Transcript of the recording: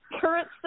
current